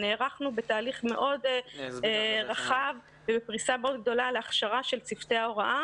נערכנו בתהליך מאוד רחב ובפריסה מאוד גדולה להכשרה של צוותי ההוראה